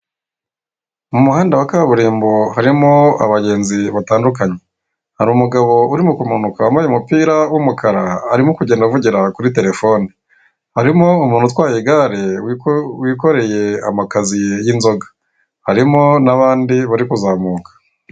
Mu muhanda wa kaburimbo harimo abagenzi batandukanya, hari umugabo urimo kumanuka wambaye umupira w'umukara arimo kugenda avugira kuri terefoni, harimo umuntu utwaye igare wikoreye amakaziye y'inzoga harimo n'abandi bari kuzamuka.